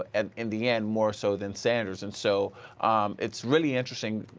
but and in the end, more so than sanders. and so it's really interesting,